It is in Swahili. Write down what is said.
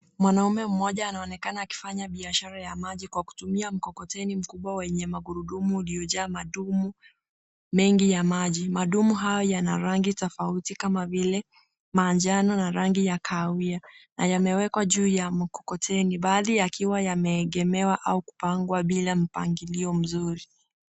Mwanaume mmoja anaonekana akifanya biashara ya maji kwa kutumia mkokoteni mkubwa wenye magurudumu iliyojaa madumu mengi ya maji. Madumu hayo yana rangi tofauti kama vile: manjano na rangi ya kahawia na yamewekwa juu ya mkokoteni. Baadhi yakiwa yameegemewa au kupangwa bila mpangilio mzuri.